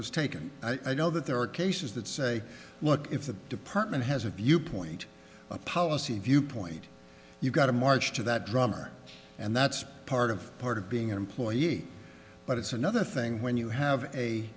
was taken i go that there are cases that say look if the department has a viewpoint a policy viewpoint you've got to march to that drummer and that's part of part of being an employee but it's another thing when you have a